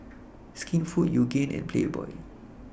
Skinfood Yoogane and Playboy